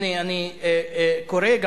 הנה אני קורא גם,